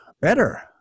better